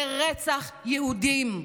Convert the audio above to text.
זה רצח יהודים.